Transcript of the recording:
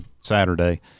Saturday